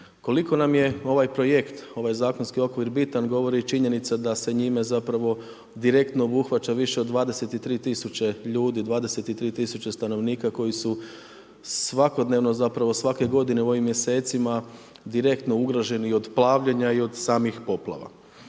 Koliko nam je ovaj projekt, ovaj zakonski okvir bitan govori i činjenica da se njime zapravo direktno obuhvaća više od 23 tisuće ljudi, 23 tisuće stanovnika koji su svakodnevno zapravo, svake godine u ovim mjesecima direktno ugroženi i od plavljenja i od samih poplava.